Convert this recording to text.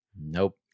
Nope